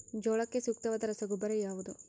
ಜೋಳಕ್ಕೆ ಸೂಕ್ತವಾದ ರಸಗೊಬ್ಬರ ಯಾವುದು?